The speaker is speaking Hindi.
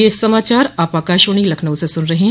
ब्रे क यह समाचार आप आकाशवाणी लखनऊ से सुन रहे हैं